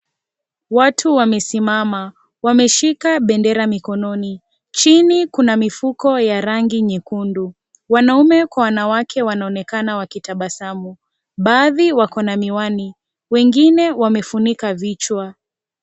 Watu wamesimama, wameshika bendera mikononi, chini kuna mifuko ya rangi nyekundu. Wanaume kwa wanawake wanaonekana wakitabasamu, baadhi wako na miwani, wengine wamefunika vichwa.